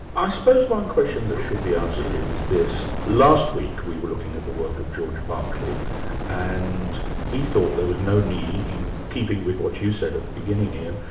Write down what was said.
i suppose one question that should be asked here is this last week we were looking at the work of george berkeley and he thought there was no need, in keeping with what you said at the beginning ian,